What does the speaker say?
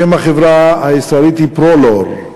שם החברה הישראלית הוא "פרולור"